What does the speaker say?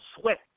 sweat